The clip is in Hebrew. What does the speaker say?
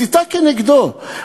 מסיתה נגדו.